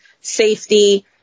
safety